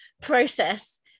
process